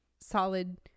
solid